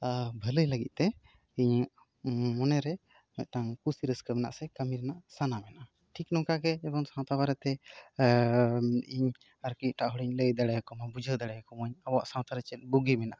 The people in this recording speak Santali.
ᱵᱷᱟᱹᱞᱟᱹᱭ ᱞᱟᱹᱜᱤᱫ ᱛᱮ ᱤᱧ ᱢᱚᱱᱮ ᱨᱮ ᱢᱤᱫᱴᱟᱝ ᱠᱩᱥᱤ ᱨᱟᱹᱥᱠᱟᱹ ᱢᱮᱱᱟᱜᱼᱟ ᱥᱮ ᱠᱟᱹᱢᱤ ᱨᱮᱱᱟᱜ ᱥᱟᱱᱟ ᱢᱮᱱᱟᱜᱼᱟ ᱴᱷᱤᱠ ᱱᱚᱝᱠᱟ ᱜᱮ ᱡᱮᱢᱚᱱ ᱥᱟᱶᱛᱟ ᱵᱟᱨᱮ ᱛᱮ ᱤᱧ ᱟᱨ ᱠᱤ ᱮᱴᱟᱜ ᱦᱚᱲ ᱞᱟᱹᱭ ᱫᱟᱲᱮᱭᱟᱠᱚᱢᱟ ᱵᱩᱡᱷᱟᱹᱣ ᱫᱟᱲᱮᱭᱟᱠᱚᱢᱟ ᱟᱵᱚ ᱥᱟᱶᱛᱟ ᱨᱮ ᱪᱮᱫ ᱵᱩᱜᱤ ᱢᱮᱱᱟᱜᱼᱟ